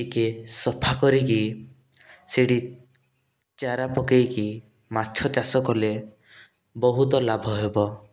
ଟିକେ ସଫା କରିକି ସେଠି ଚାରା ପକାଇକି ମାଛ ଚାଷ କଲେ ବହୁତ ଲାଭ ହେବ